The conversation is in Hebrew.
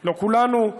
לא כולנו,